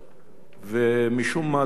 ומשום מה זה נשכח,